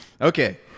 Okay